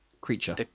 creature